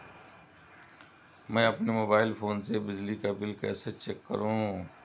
मैं अपने mobile phone से बिजली का बिल कैसे चेक करूं?